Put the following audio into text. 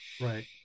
right